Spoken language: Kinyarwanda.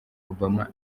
obama